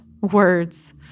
words